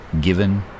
Given